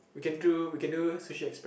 we can do we can do Sushi-Express